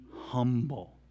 humble